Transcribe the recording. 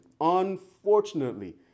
unfortunately